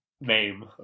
name